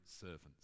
servants